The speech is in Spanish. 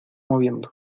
moviendo